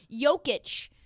Jokic